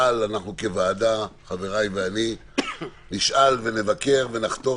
חבריי לוועדה ואני נשאל ונבקר ונחתור